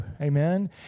amen